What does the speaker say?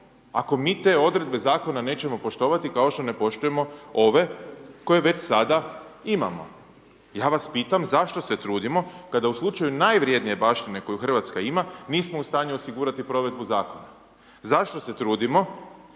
ako mi te odredbe Zakona nećemo poštovati kao što ne poštujemo ove koje već sada imamo. Ja vas pitam zašto se trudimo kada u slučaju najvrednije baštine koju RH ima nismo u stanju osigurati provedbu Zakona. Zašto se trudimo